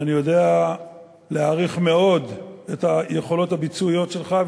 ואני יודע להעריך מאוד את יכולות הביצוע שלך,